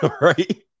Right